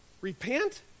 Repent